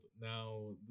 Now